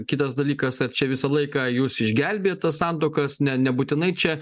kitas dalykas ar čia visą laiką jūs išgelbėjat tas santuokas ne nebūtinai čia